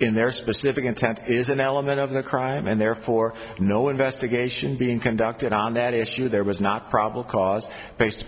in their specific intent is an element of the crime and therefore no investigation being conducted on that issue there was not probable cause based